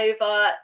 over